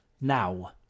now